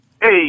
Hey